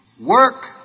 Work